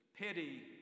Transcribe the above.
pity